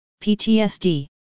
PTSD